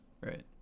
Right